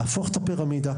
להפוך את הפירמידה,